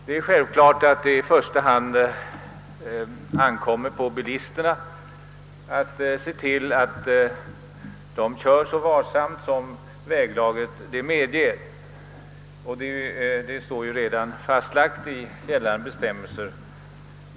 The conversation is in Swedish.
Det är självklart att det i första hand ankommer på bilisterna att köra så varsamt som väglaget kräver; detta är redan fastslaget i gällande bestämmelser.